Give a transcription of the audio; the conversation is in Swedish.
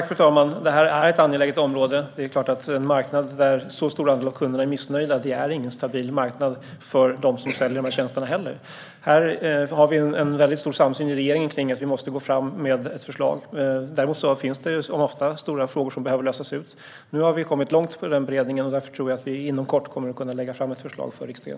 Fru talman! Det här är ett angeläget område. Det är klart att en marknad där en så stor andel av kunderna är missnöjda inte heller är någon stabil marknad för dem som säljer dessa tjänster. Vi har en stor samsyn i regeringen om att vi måste gå fram med ett förslag. Dock finns det, som så ofta, stora frågor som behöver redas ut. Nu har vi kommit långt med denna beredning, och därför tror jag att vi inom kort kommer att kunna lägga fram ett förslag för riksdagen.